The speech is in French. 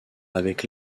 avec